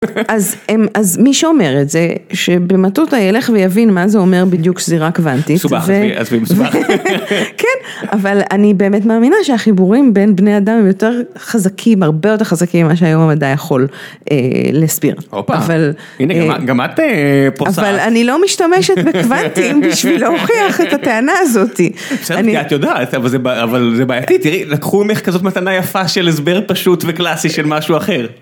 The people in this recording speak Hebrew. אז מי שאומר את זה, שבמטותא ילך ויבין מה זה אומר בדיוק שזירה קוונטית. מסובך. כן, אבל אני באמת מאמינה שהחיבורים בין בני אדם הם יותר חזקים, הרבה יותר חזקים ממה שהיום המדע יכול להסביר. הופה, הנה גם את פוצעת. אבל אני לא משתמשת בקוונטים בשביל להוכיח את הטענה הזאת. בסדר, את יודעת, אבל זה בעייתי, תראי, לקחו ממך כזאת מתנה יפה של הסבר פשוט וקלאסי של משהו אחר.